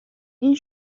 این